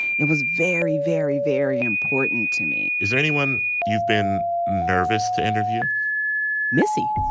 it was very very very important to me is there anyone you've been nervous to interview missy